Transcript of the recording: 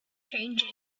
changes